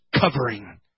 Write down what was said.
covering